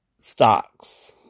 stocks